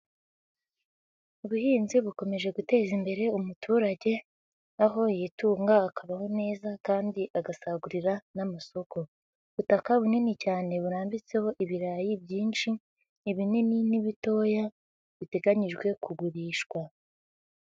Ubuhinzi bukomeje guteza imbere umuturage aho yitunga akabaho neza kandi agasagurira n'amasoko. Ubutaka bunini cyane burambitseho ibirayi byinshi ibinini n'ibitoya biteganyijwe kugurishwa.